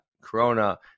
Corona